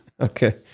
Okay